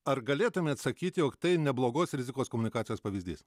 ar galėtumėt sakyt jog tai neblogos rizikos komunikacijos pavyzdys